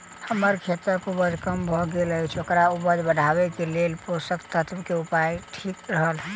हम्मर खेतक उपज कम भऽ गेल अछि ओकर उपज बढ़ेबाक लेल केँ पोसक तत्व केँ उपयोग ठीक रहत?